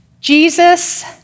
Jesus